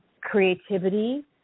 creativity